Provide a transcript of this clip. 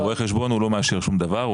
רואה חשבון הוא לא מאשר שום דבר,